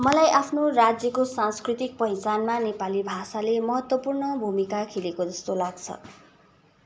मलाई आफ्नो राज्यको सांस्कृतिक पहिचानमा नेपाली भाषाले महत्त्वपूर्ण भूमिका खेलेको जस्तो लाग्छ